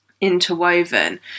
interwoven